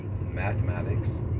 mathematics